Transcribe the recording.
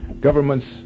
Governments